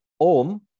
Om